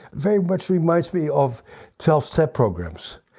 very much reminds me of tell step programs,